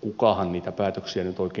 kukahan niitä päätöksiä nyt oikein tekeekään